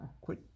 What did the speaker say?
Quit